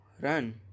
run